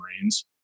Marines